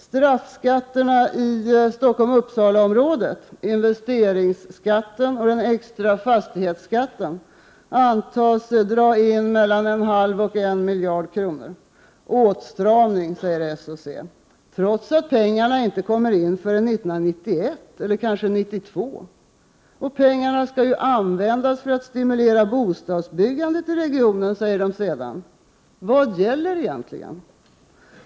Straffskatterna i Stockholm-Uppsala-området — investeringsskatten och den extra fastighetsskatten — antas dra in mellan 0,5 och 1 miljard kronor. Åtstramning, säger socialdemokraterna och centern, trots att pengarna inte betalas in förrän 1991 eller 1992. Och pengarna skall användas för att stimulera bostadsbyggandet i regionen, säger de sedan. Vad gäller egentligen?